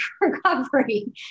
recovery